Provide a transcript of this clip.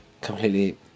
completely